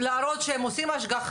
הונאה בכשרות,